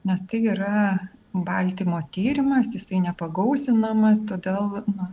nes tai yra baltymo tyrimas jisai nepagausinamas todėl na